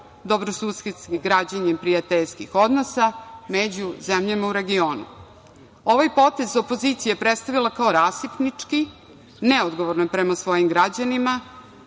dobrosusedski, građenjem prijateljskih odnosa među zemljama u regionu. Ovaj potez opozicija je predstavila kao rasipnički, neodgovoran prema svojim građanima. Gospođo